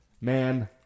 man